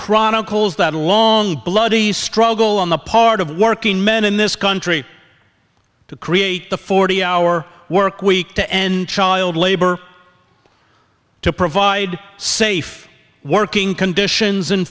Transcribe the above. chronicles that a long bloody struggle on the part of working men in this country to create the forty hour work week to end child labor to provide safe working conditions in